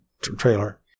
trailer